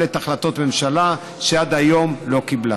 את ההחלטות הממשלה שעד היום לא קיבלה.